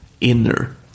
Inner